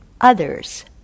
others